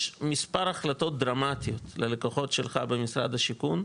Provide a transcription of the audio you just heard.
יש מספר החלטות דרמטיות ללקוחות שלך במשרד השיכון,